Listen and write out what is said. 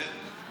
כן.